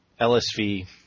LSV